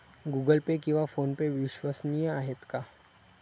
Google Pay किंवा PhonePe विश्वसनीय आहेत का?